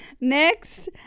Next